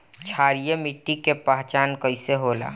क्षारीय मिट्टी के पहचान कईसे होला?